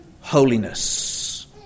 holiness